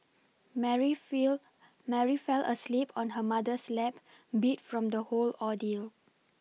Mary feel Mary fell asleep on her mother's lap beat from the whole ordeal